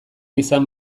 izan